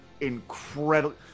incredible